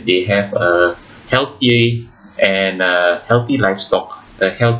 they have uh healthy and uh healthy livestock a healthy